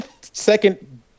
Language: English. second